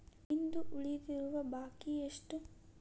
ಇಂದು ಉಳಿದಿರುವ ಬಾಕಿ ಎಷ್ಟು?